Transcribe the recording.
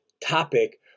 topic